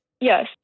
yes